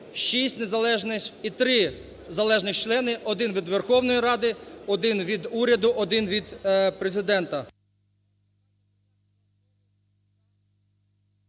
до "6 незалежних і 3 залежних члени: один – від Верховної Ради, один – від уряду, один – від Президента".